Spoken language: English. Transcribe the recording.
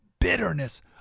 bitterness